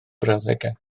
brawddegau